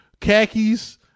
khakis